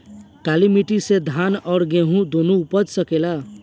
काली माटी मे धान और गेंहू दुनो उपज सकेला?